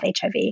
HIV